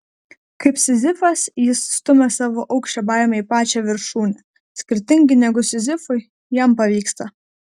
kaip sizifas jis stumia savo aukščio baimę į pačią viršūnę skirtingai negu sizifui jam pavyksta